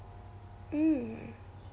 mm